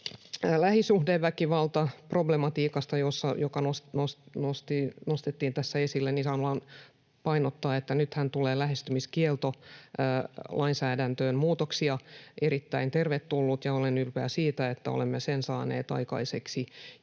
lähisuhdeväkivaltaproblematiikasta, joka nostettiin esille, haluan painottaa, että nythän tulee lähestymiskieltolainsäädäntöön muutoksia, erittäin tervetulleita, ja olen ylpeä siitä, että olemme sen saaneet aikaiseksi.